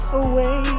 away